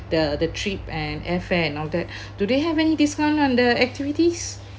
the the trip and airfare and all that do they have any discount under activities